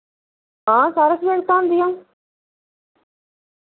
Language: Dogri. हां सारा सब्जैक्ट पढ़ांदी आं